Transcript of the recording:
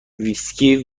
ویسکی